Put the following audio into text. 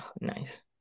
nice